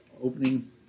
opening